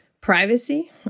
privacy